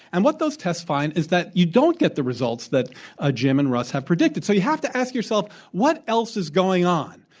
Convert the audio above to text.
and what those tests find is that you don't get the results that ah jim and russ have predicted. so you have to ask yourself what else is going on.